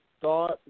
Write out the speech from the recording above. thought